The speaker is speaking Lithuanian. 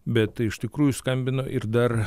bet iš tikrųjų skambina ir dar